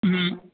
हम्म